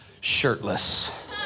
shirtless